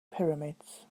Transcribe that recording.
pyramids